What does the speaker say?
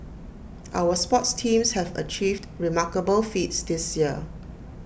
our sports teams have achieved remarkable feats this year